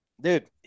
Dude